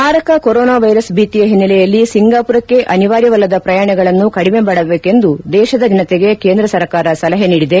ಮಾರಕ corona virus ಭೀತಿಯ ಹಿನ್ನೆಲೆಯಲ್ಲಿ ಸಿಂಗಾಪುರಕ್ಕೆ ಅನಿವಾರ್ಯವಲ್ಲದ ಪ್ರಯಾಣಗಳನ್ನು ಕದಿಮೆ ಮಾಡಬೇಕೆಂದು ದೇಶದ ಜನತೆಗೆ ಕೇಂದ್ರ ಸರ್ಕಾರ ಸಲಹೆ ನೀಡಿದೆ